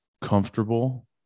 comfortable